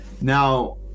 Now